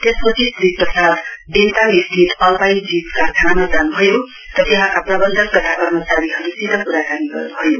त्यसपछि श्री प्रसाद देन्ताम स्थित alpine cheese कारखानामा जानुभयो र त्यहाँका प्रवन्धक तथा कर्मचारीहरूसित कुराकानी गर्नुभयो